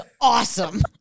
awesome